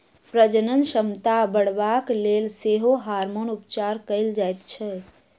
प्रजनन क्षमता बढ़यबाक लेल सेहो हार्मोन उपचार कयल जाइत छै